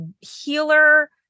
healer